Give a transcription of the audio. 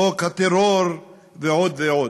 חוק הטרור ועוד ועוד,